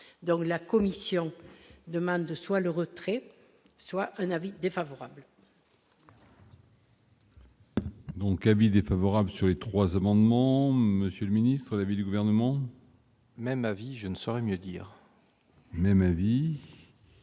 dans la commission demande soit le retrait soit un avis défavorable. Donc vie défavorable sur les 3 amendements, Monsieur le Ministre, l'avis du gouvernement. Même avis je ne saurais mieux dire. Même avis.